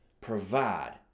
provide